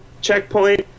checkpoint